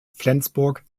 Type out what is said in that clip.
flensburg